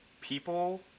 people